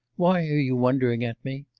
why are you wondering at me?